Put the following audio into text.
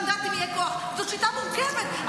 זו שיטה קשה,